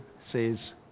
says